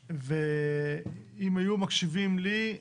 אם היו מקשיבים לי,